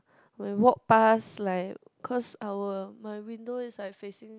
when walk pass like cause our my window is like facing